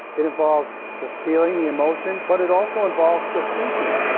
it involves the feeling, the emotion, but it also involves the thinking.